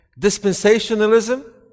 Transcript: dispensationalism